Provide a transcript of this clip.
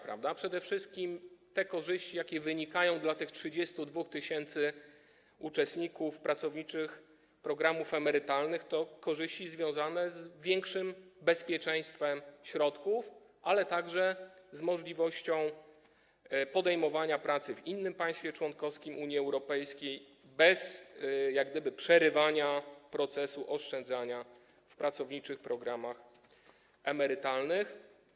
Przede wszystkim korzyści, jakie wynikają dla tych 32 tys. uczestników pracowniczych programów emerytalnych, to korzyści związane z większym bezpieczeństwem środków, ale także z możliwością podejmowania pracy w innym państwie członkowskim Unii Europejskiej bez jak gdyby przerywania procesu oszczędzania w pracowniczych programach emerytalnych.